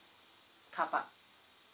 car park